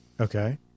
Okay